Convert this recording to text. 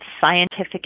scientific